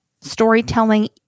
storytelling